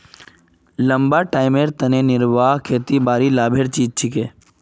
लंबा टाइमेर तने निर्वाह खेतीबाड़ी लाभेर चीज छिके